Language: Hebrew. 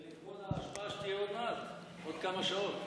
זה לכבוד ההשבעה שתהיה עוד מעט, עוד כמה שעות.